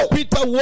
Peter